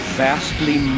vastly